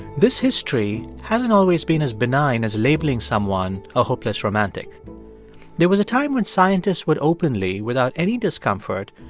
this history hasn't always been as benign as labeling someone a hopeless romantic there was a time when scientists would openly, without any discomfort,